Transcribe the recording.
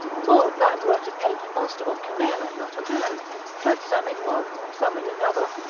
for that were to paint a monster or chimera, not a man but some in one, some in another,